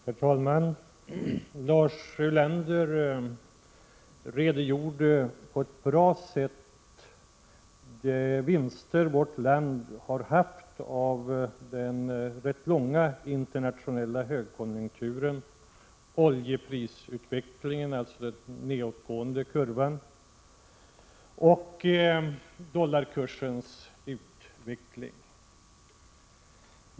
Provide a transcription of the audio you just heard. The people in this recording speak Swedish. Herr talman! Lars Ulander redogjorde på ett bra sätt för de vinster som vårt land har haft av den rätt långa internationella högkonjunkturen, den nedåtgående kurvan för oljepriset och dollarkursens utveckling.